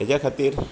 हेज्या खातीर